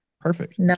Perfect